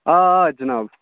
آ آ جِناب